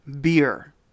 beer